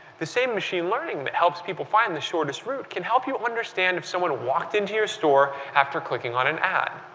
the same machine learning that helps people find the shortest route can help you understand if someone walked into your store after clicking on an ad.